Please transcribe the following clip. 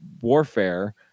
warfare